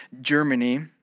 Germany